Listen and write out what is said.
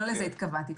לא לזה התכוונתי.